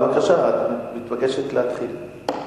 בבקשה, את מתבקשת להתחיל.